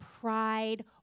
pride